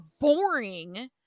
boring